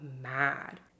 mad